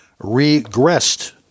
regressed